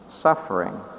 suffering